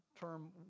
term